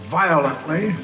violently